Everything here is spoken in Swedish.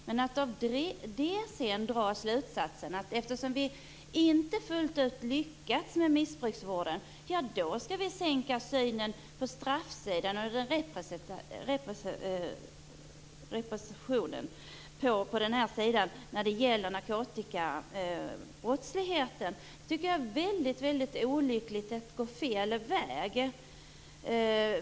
Men om man av detta drar slutsatsen att eftersom vi inte fullt ut lyckats med missbrukarvården skall vi mildra synen på straffsidan och den repressiva sidan när det gäller narkotikabrottsligheten tycker jag att det är väldigt olyckligt. Det är att gå fel väg.